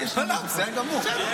לא, בסדר גמור.